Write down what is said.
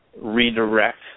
redirect